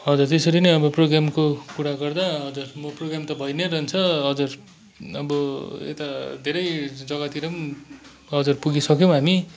हजुर त्यसरी नै अब प्रोग्रामको कुरा गर्दा हजुर म प्रोग्राम त भइनै रहन्छ हजुर अब यता धेरै जग्गातिर पनि हजुर पुगिसक्यौँ हामी